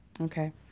okay